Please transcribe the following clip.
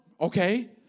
Okay